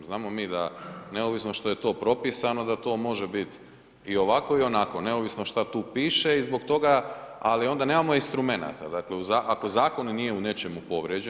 Znamo mi da neovisno što je to propisano da to može bit i ovako i onako neovisno šta tu piše i zbog toga, ali onda nemamo instrumenata, dakle ako zakon nije u nečemu povrijeđen.